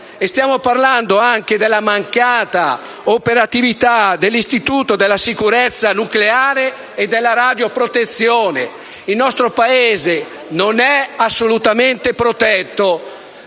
Stiamo parlando anche della mancata operatività dell'Ispettorato nazionale per la sicurezza nucleare e la radioprotezione. Il nostro Paese non è assolutamente protetto.